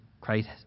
Christ